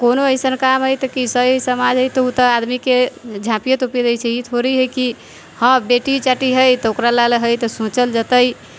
कोनो अइसन काम हइ तऽ कि सही समाज हइ तऽ ओ तऽ आदमीके झाँपिए तोपिए दै छै ई थोड़ी तऽ कि हँ बेटी चाटी हइ तऽ ओकरा लाएल हइ तऽ सोचल जेतै